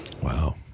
wow